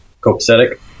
Copacetic